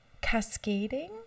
cascading